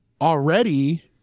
already